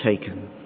taken